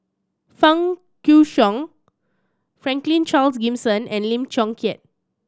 Fang Guixiang Franklin Charles Gimson and Lim Chong Keat